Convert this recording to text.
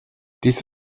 dies